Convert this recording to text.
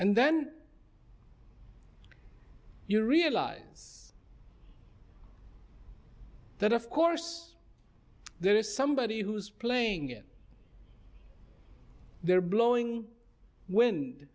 and then you realize that of course there is somebody who's playing it they're blowing w